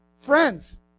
Friends